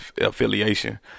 affiliation